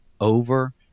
over